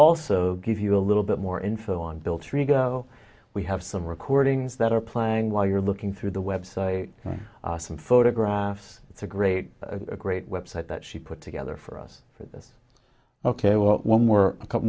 also gives you a little bit more info on bill trigo we have some recordings that are playing while you're looking through the website some photographs it's a great great website that she put together for us for this ok well we're a couple